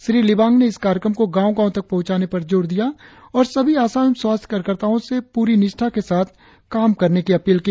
श्री लिबांग ने इस कार्यक्रम को गांव गांव तक पहुंचाने पर जोर दिया और सभी आशा एवं स्वास्थ्य कार्यकर्ताओं से पूरी निष्ठा के साथ काम करने की अपील की